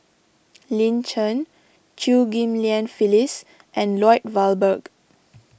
Lin Chen Chew Ghim Lian Phyllis and Lloyd Valberg